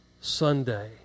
Sunday